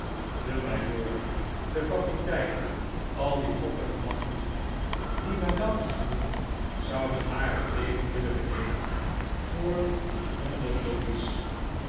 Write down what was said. de majoor de kapitein al die gokkende mannen die madame ontmoet zouden haar t leven willen benemen voor honderd loufs